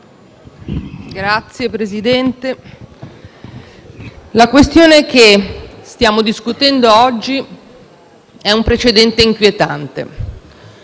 Signor Presidente, la questione che stiamo discutendo oggi è un precedente inquietante.